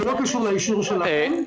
זה לא קשור לאישור שלכם.